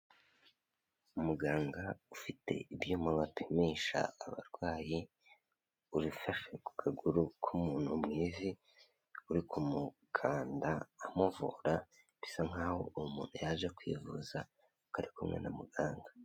Umuganga ufite ibyuma bapimisha abarwayi, urifashe ku kaguru k'umuntu mu ivi. Uri kumukanda amuvura, bisa nk'aho uwo muntu yaje kwivuza akaba ari kumwe na muganga.